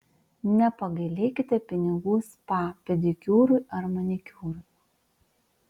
nepagailėkite pinigų spa pedikiūrui ar manikiūrui